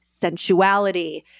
sensuality